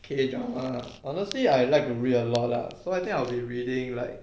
K drama honestly I like to read a lot lah so I think I will be reading like